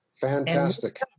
Fantastic